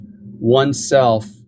oneself